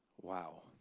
Wow